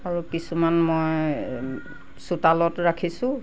আৰু কিছুমান মই চোতালত ৰাখিছোঁ